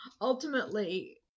ultimately